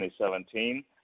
2017